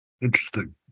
Interesting